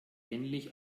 ähnlich